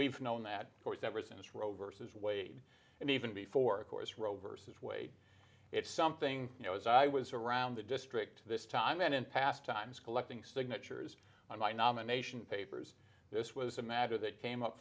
we've known that courts ever since roe versus wade and even before of course roe versus wade it's something you know as i was around the district this time and in past times collecting signatures on my nomination papers this was a matter that came up